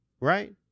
Right